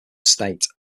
state